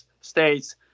states